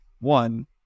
one